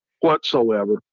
whatsoever